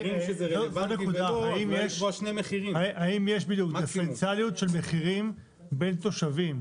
האם יש דיפרנציאליות של מחירים בין תושבים?